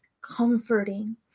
comforting